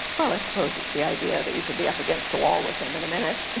well, i suppose it's the idea that you could be up against a wall with him in a minute.